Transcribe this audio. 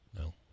No